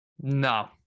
No